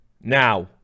Now